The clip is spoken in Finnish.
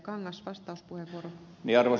arvoisa puhemies